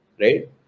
Right